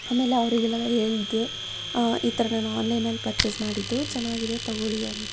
ಆಮೇಲೆ ಅವರಿಗೆಲ್ಲ ಹೇಳಿದೆ ಈ ಥರ ನಾನು ಆನ್ಲೈನಲ್ಲಿ ಪರ್ಚೇಸ್ ಮಾಡಿದ್ದು ಚೆನ್ನಾಗಿದೆ ತಗೋಳಿ ಅಂತ